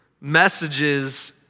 messages